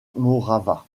morava